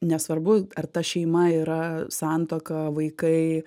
nesvarbu ar ta šeima yra santuoka vaikai